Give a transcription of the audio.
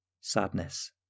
Sadness